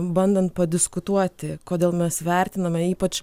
bandant padiskutuoti kodėl mes vertiname ypač